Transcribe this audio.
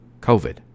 COVID